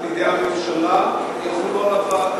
על-ידי הממשלה יחולו עליו, ?